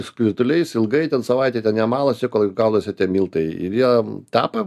skrituliais ilgai ten savaitę ten jie malasi kol gaunasi tie miltai ir jie tepa